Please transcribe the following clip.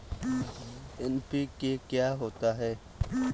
NPK क्या होता है?